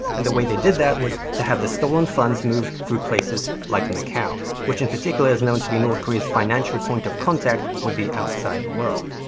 and, the way they did that was to have the stolen funds moved through places like macau, which in particular, is known to be north korea's financial point of contact with the outside world.